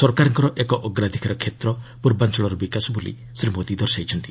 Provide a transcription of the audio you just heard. ସରକାରଙ୍କର ଏକ ଅଗ୍ରାଧିକାର କ୍ଷେତ୍ର ପୂର୍ବାଞ୍ଚଳର ବିକାଶ ବୋଲି ଶ୍ରୀ ମୋଦି ଦର୍ଶାଇଛନ୍ତି